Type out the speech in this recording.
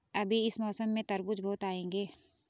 अभी इस मौसम में तरबूज बहुत आएंगे